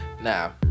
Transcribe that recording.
Now